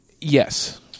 Yes